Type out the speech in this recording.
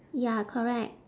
ya correct